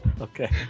Okay